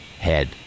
head